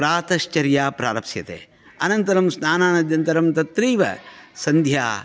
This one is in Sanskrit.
प्रातश्चर्या प्रारप्स्यते अनन्तरं स्नानानद्यनन्तरं तत्रैव सन्ध्या